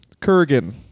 Kurgan